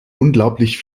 unglaublich